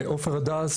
עפר הדס,